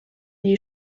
die